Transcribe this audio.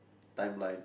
timeline